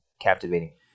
captivating